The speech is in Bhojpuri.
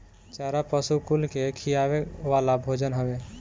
चारा पशु कुल के खियावे वाला भोजन हवे